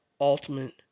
ultimate